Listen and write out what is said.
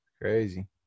Crazy